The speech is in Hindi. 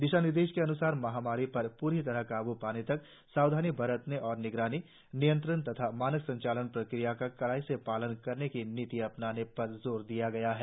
दिशा निर्देशों के अन्सार महामारी पर प्री तरह काबू पाने तक सावधानी बरतने और निगरानी नियंत्रण तथा मानक संचालन प्रक्रियाओं का कड़ाई से पालन करने की नीति अपनाने पर जोर दिया गया है